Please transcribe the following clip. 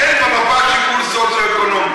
אין במפה שיקול סוציו-אקונומי.